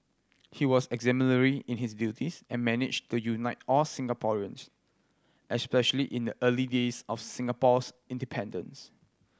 he was exemplary in his duties and managed to unite all Singaporeans especially in the early days of Singapore's independence